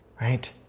right